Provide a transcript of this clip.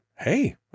Hey